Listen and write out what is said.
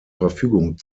verfügung